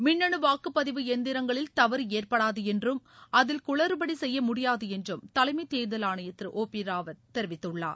மின்னனு வாக்குப்பதிவு எந்திரங்களில் தவறு ஏற்படாது என்றும் அதில் குளறுபடி செய்ய முடியாது என்றும் தலைமைத் தேர்தல் ஆணையர் திரு ஓ பி ராவத் தெரிவித்துள்ளார்